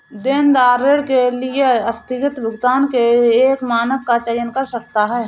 देनदार ऋण के आस्थगित भुगतान के एक मानक का चयन कर सकता है